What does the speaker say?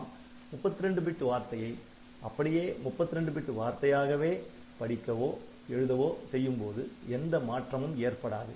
நாம் 32 பிட் வார்த்தையை அப்படியே 32 பிட் வார்த்தையாகவே படிக்கவோஎழுதவோ செய்யும்போது எந்த மாற்றமும் ஏற்படாது